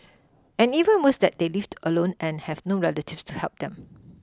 and even worse that they lived alone and have no relatives to help them